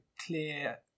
clear